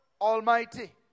Almighty